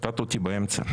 קטעת אותי באמצע.